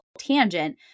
tangent